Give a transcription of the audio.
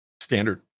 standard